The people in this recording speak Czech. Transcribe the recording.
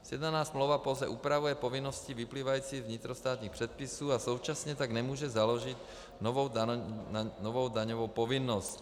Sjednaná smlouva pouze upravuje povinnosti vyplývající z vnitrostátních předpisů a současně tak nemůže založit novou daňovou povinnost.